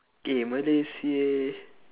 eh malay seh